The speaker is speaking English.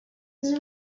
his